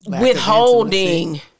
withholding